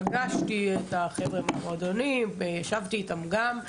פגשתי את החבר'ה מהמועדונים וישבתי איתם גם,